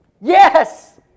yes